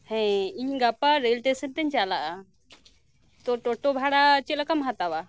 ᱦᱮᱸ ᱤᱧ ᱜᱟᱯᱟ ᱨᱮᱞ ᱥᱴᱮᱥᱚᱱ ᱛᱮᱧ ᱪᱟᱞᱟᱜᱼᱟ ᱛᱚ ᱴᱳᱴᱳ ᱵᱷᱟᱲᱟ ᱪᱮᱫ ᱞᱮᱠᱟᱢ ᱦᱟᱛᱟᱣᱟ